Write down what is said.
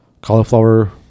cauliflower